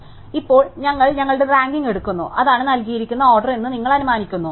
അതിനാൽ ഇപ്പോൾ ഞങ്ങൾ ഞങ്ങളുടെ റാങ്കിംഗ് എടുക്കുന്നു അതാണ് നൽകിയിരിക്കുന്ന ഓർഡർ എന്ന് ഞങ്ങൾ അനുമാനിക്കുന്നു